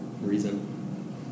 reason